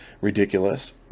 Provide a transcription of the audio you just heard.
ridiculous